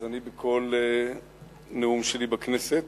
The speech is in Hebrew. אני בכל נאום שלי בכנסת